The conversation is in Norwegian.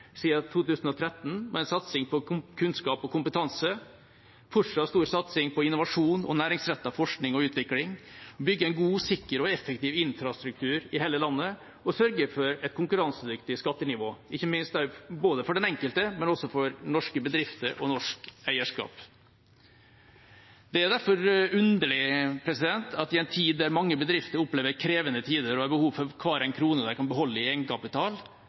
2013, med satsing på kunnskap og kompetanse, fortsatt stor satsing på innovasjon og næringsrettet forskning og utvikling, å bygge en god, sikker og effektiv infrastruktur i hele landet og å sørge for et konkurransedyktig skattenivå både for den enkelte og for norske bedrifter og norsk eierskap. Det er derfor underlig at i en tid der mange bedrifter opplever krevende tider og har behov for hver krone de kan beholde i egenkapital,